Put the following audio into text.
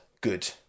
Good